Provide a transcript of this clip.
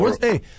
Hey